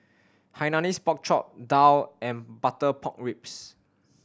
Hainanese Pork Chop daal and butter pork ribs